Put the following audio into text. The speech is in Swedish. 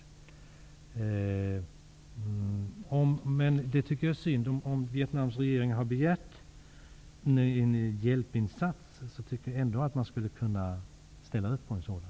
Det tycker jag är synd. Om Vietnams regering har begärt en hjälpinsats tycker jag att man skulle kunna ställa upp på en sådan.